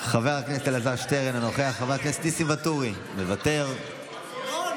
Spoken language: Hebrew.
חברת הכנסת אפרת רייטן מרום,